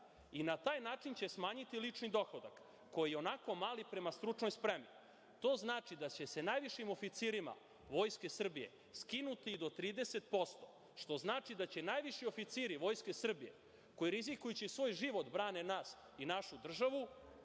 i na taj način će smanjiti lični dohodak, koji je ionako mali prema stručnoj spremi. To znači da će se najvišim oficirima Vojske Srbije skinuti do 30%, što znači da će najviši oficiri Vojske Srbije, koji rizikujući svoj život brane nas i našu državu,